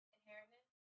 Inheritance